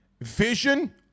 vision